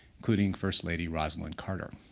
including first lady rosalynn carter.